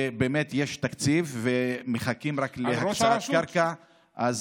ובאמת יש תקציב, ומחכים רק להקצאת קרקע.